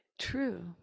True